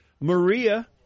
Maria